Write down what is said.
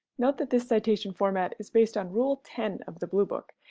note that this citation format is based on rule ten of the bluebook,